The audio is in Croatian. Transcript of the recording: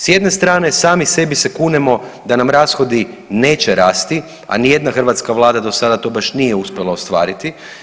S jedne strane sami sebi se kunemo da nam rashodi neće rasti, a ni jedna hrvatska Vlada do sada to baš nije uspjela ostvariti.